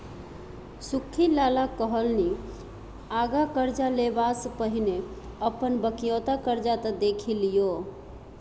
सुख्खी लाला कहलनि आँगा करजा लेबासँ पहिने अपन बकिऔता करजा त देखि लियौ